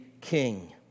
king